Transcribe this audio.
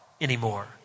anymore